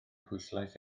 pwyslais